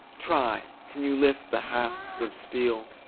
try! can you lift the hasps of steel?